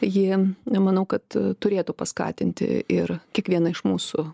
jie nemanau kad turėtų paskatinti ir kiekvieną iš mūsų